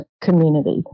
community